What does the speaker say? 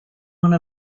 one